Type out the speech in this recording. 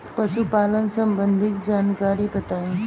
पशुपालन सबंधी जानकारी बताई?